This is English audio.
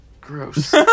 gross